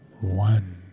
one